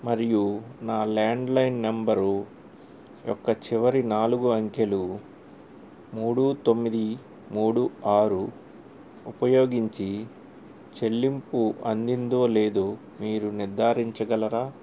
మరియు నా landline number యొక్క చివరి నాలుగు అంకెలు మూడు తొమ్మిది మూడు ఆరు ఉపయోగించి చెల్లింపు అందిందో లేదో మీరు నిర్ధారించగలరా